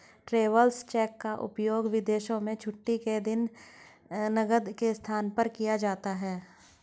travellers cheque का उपयोग विदेशों में छुट्टी के दिन नकद के स्थान पर किया जाता है